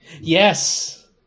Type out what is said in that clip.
Yes